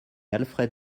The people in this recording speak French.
alfred